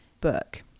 book